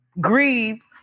grieve